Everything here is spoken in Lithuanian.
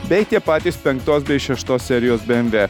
bei tie patys penktos šeštos serijos bmw